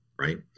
right